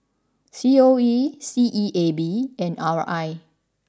C O E C E A B and R I